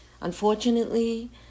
Unfortunately